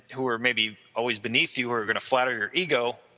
who are maybe always beneath you or going to flatter your ego,